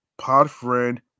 Podfriend